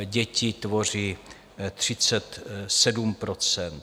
Děti tvoří 37 %.